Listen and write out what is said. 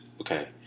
okay